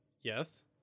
Yes